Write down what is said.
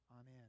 amen